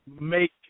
make